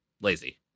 lazy